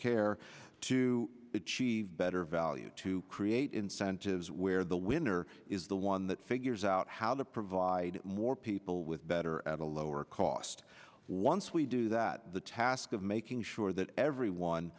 care to achieve better value to create incentives where the winner is the one that figures out how to provide more people with better at a lower cost once we do that the task of making sure that everyone